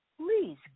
please